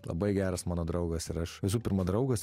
labai geras mano draugas ir aš visų pirma draugas